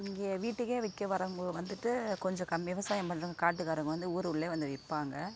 இங்கே வீட்டுக்கே விற்க வரம்போ வந்துட்டு கொஞ்சம் கம் விவசாயம் பண்றவங்க காட்டுக்காரங்கள் வந்து ஊர் உள்ளே வந்து விற்பாங்க